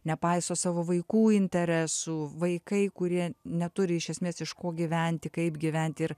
nepaiso savo vaikų interesų vaikai kurie neturi iš esmės iš ko gyventi kaip gyventi ir